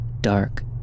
dark